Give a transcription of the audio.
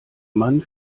man